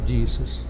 Jesus